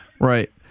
right